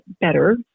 better